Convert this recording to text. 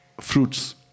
fruits